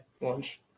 lunch